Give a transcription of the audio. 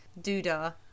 doodah